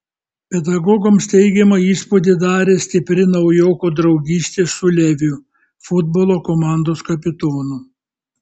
pedagogams teigiamą įspūdį darė stipri naujoko draugystė su leviu futbolo komandos kapitonu